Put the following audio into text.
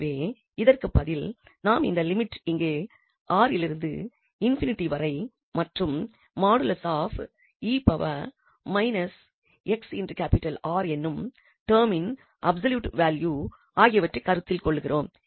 எனவே இதற்கு பதில் நாம் இந்த லிமிட் இங்கே 𝑅 லிருந்து ∞ வரை மற்றும் |𝑒−𝑥𝑅| எனும் டெர்மின் அப்சொலூட் வேல்யூ ஆகியவற்றை கருத்தில்கொள்கிறோம்